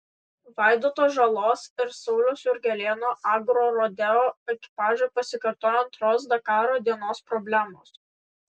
vaidoto žalos ir sauliaus jurgelėno agrorodeo ekipažui pasikartojo antros dakaro dienos problemos